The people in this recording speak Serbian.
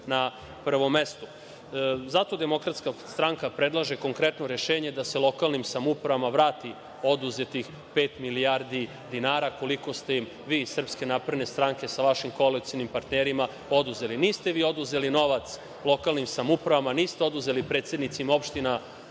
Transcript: na prvom mestu. Zato DS predlaže konkretno rešenje da se lokalnim samoupravama vrati oduzetih pet milijardi dinara, koliko ste vi im vi iz SNS sa vašim koalicionim partnerima oduzeli. Niste vi oduzeli novac lokalnim samoupravama, niste oduzeli predsednicima opština